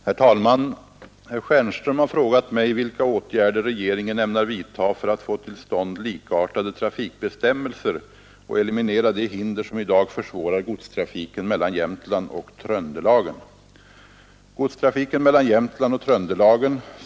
Herr talman! Herr Stjernström har frågat mig vilka åtgärder regeringen ämnar vidta för att få till stånd likartade trafikbestämmelser och eliminera de hinder som i dag försvårar godstrafiken mellan Jämtland och Tröndelagen.